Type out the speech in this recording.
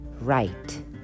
right